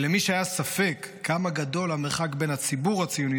למי שהיה ספק כמה גדול המרחק בין הציבור הציוני